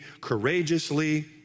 courageously